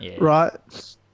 right